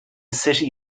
city